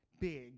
Big